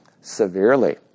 severely